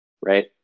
Right